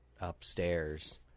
upstairs